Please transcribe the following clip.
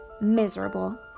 miserable